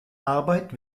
arbeit